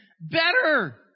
Better